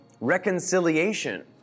reconciliation